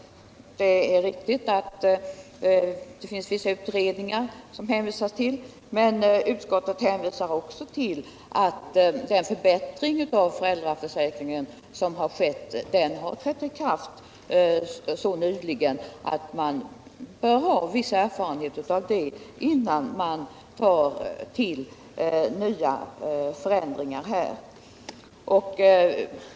Det är riktigt att utskottet hänvisar till vissa utredningar. Men utskottet hänvisar också till att den förbättring av föräldraförsäkringen som företagits har trätt i kraft helt nyligen. Man bör ha viss erfarenhet av den innan man genomför nya förändringar.